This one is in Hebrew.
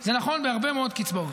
זה נכון בהרבה מאוד קצבאות.